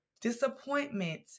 Disappointment